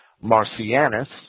Marcianus